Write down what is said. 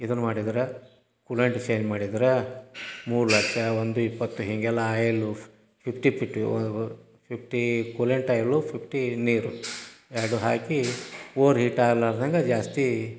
ಇದನ್ನು ಮಾಡಿದ್ರೆ coolant change ಮಾಡಿದರೆ ಮೂರು ಲಕ್ಷ ಒಂದು ಇಪ್ಪತ್ತು ಹೀಗೆಲ್ಲ ಆಯಿಲು ಫ್ fifty fifty fifty coolant oil fifty ನೀರು ಎರಡೂ ಹಾಕಿ ಓವರ್ಹೀಟ್ ಆಗ್ಲಾರ್ದಂಗೆ ಜಾಸ್ತಿ